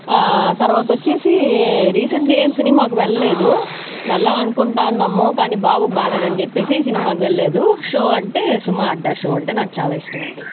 తర్వాత వచ్చేసి రీసెంట్గా ఏం సినిమాకి వెళ్లలేదు వెళ్లాలి అనుకుంటున్నాము కానీ బాబుకు బాలేదు అని చెప్పేసి సినిమాకి వెళ్లలేదు షో అంటే సుమ అడ్డ షో అంటే నాకు చాలా ఇష్టం అండి